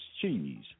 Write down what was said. cheese